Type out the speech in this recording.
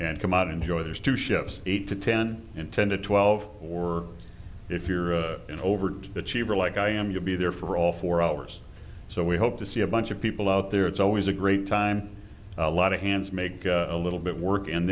and come out enjoy those two ships eight to ten intended twelve or if you're an overt achiever like i am you'll be there for all four hours so we hope to see a bunch of people out there it's always a great time a lot of hands make a little bit work and